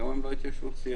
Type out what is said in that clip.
היום הם לא התיישבות צעירה.